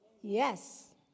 Yes